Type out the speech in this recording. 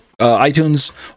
iTunes